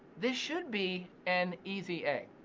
this should be an easy a.